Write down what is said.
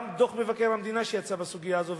גם דוח מבקר המדינה שיצא בסוגיה הזאת,